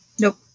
Nope